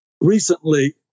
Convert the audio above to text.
recently